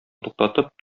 туктатып